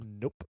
nope